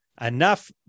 enough